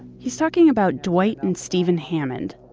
he's talking about dwight and steven hammond,